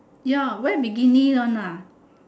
ya wear bikini one lah